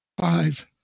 five